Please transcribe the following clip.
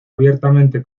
abiertamente